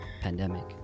pandemic